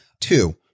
Two